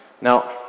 Now